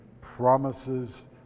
promises